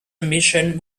ambition